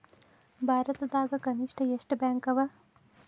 ಭಾರತದಾಗ ಕನಿಷ್ಠ ಎಷ್ಟ್ ಬ್ಯಾಂಕ್ ಅವ?